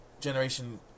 generation